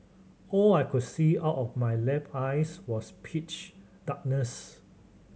all I could see out of my left eyes was pitch darkness